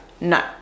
no